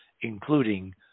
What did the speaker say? including